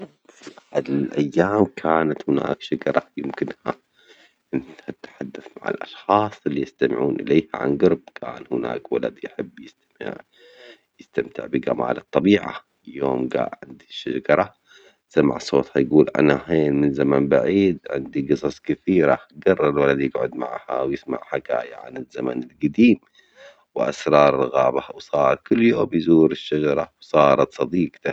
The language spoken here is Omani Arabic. في أحد الأيام كانت هناك شجرة يمكنها التحدث مع الأشخاص اللي يستمعون إليها عن جرب، كان هناك ولد يستمع يستمتع بجمال الطبيعة، يوم جه عند الشجرة سمع صوتها يجول أنا هين من زمان بعيد عندي قصص كتيرة جرر الولد يجعد معها ويسمع حكايا عن الزمن الجديم وأسرار الغابة وصار كل يوم يزور الشجرة وصارت صديقته.